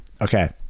okay